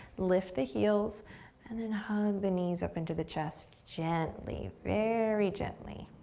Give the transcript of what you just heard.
lift the heels and then hug the knees up into the chest gently, very gently.